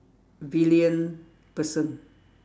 villain person